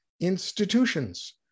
institutions